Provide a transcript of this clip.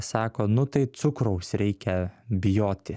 sako nu tai cukraus reikia bijoti